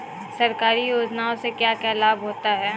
सरकारी योजनाओं से क्या क्या लाभ होता है?